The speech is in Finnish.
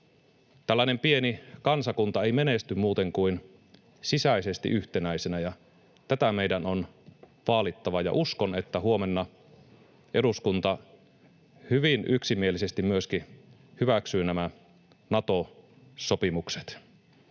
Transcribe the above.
Tällainen pieni kansakunta ei menesty muuten kuin sisäisesti yhtenäisenä, ja tätä meidän on vaalittava. Ja uskon, että huomenna eduskunta hyvin yksimielisesti myöskin hyväksyy nämä Nato-sopimukset.